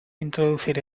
introducir